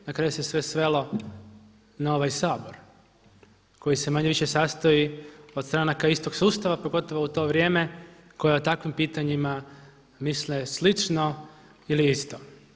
Na kraju se sve svelo na ovaj Sabor koji se manje-više sastoji od stranaka istog sustava, pogotovo u to vrijeme koje o takvim pitanjima misle slično ili isto.